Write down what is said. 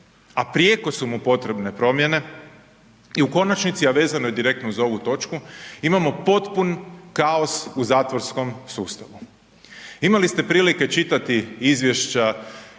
a prijeko su mu potrebne promjene i u konačnici a vezano je direktno uz ovu točku, imamo potpun kaos u zatvorskom sustavu. Imali ste prilike čitati izvješća